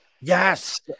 Yes